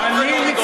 לונדון,